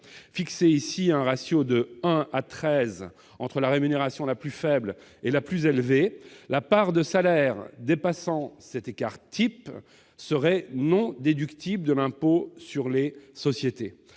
fixé ici à un ratio de 1 à 13 entre la rémunération la plus faible et la plus élevée, la part de salaire dépassant cet écart type serait non déductible de l'impôt sur les sociétés.